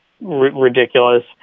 ridiculous